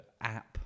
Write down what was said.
app